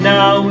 now